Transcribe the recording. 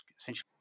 essentially